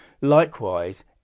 likewise